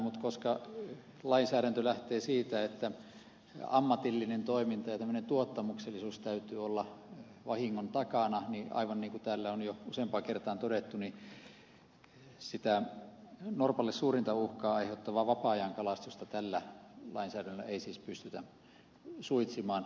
mutta koska lainsäädäntö lähtee siitä että ammatillisen toiminnan ja tämmöisen tuottamuksellisuuden täytyy olla vahingon takana niin aivan niin kuin täällä on jo useampaan kertaan todettu sitä norpalle suurinta uhkaa aiheuttavaa vapaa ajankalastusta tällä lainsäädännöllä ei siis pystytä suitsimaan